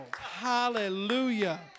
Hallelujah